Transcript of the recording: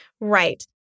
Right